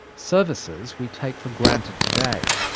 services we take for granted today.